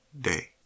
day